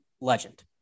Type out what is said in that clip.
legend